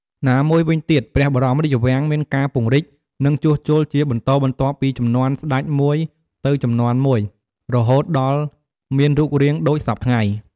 ណាមួយវិញទៀតព្រះបរមរាជវាំងមានការពង្រីក និងជួសជុលជាបន្តបន្ទាប់ពីជំនាន់ស្ដេចមួយទៅជំនាន់មួយ រហូតដល់មានរូបរាងដូចសព្វថ្ងៃ។